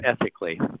ethically